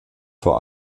vor